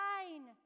Fine